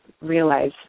realize